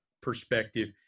perspective